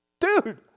Dude